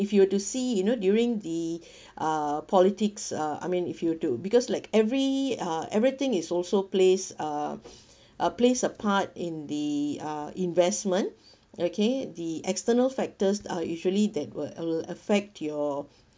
if you were to see you know during the uh politics uh I mean if you too because like every uh everything is also place uh a place a part in the uh investment okay the external factors are usually that will affect your